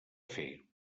fer